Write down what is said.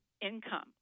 income